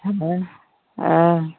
हः ह